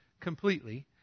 completely